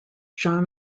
jean